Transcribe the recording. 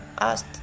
asked